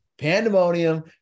pandemonium